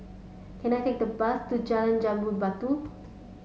can I take the bus to Jalan Jambu Batu